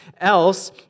else